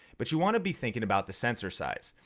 but you wanna be thinking about the sensor size.